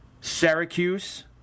Syracuse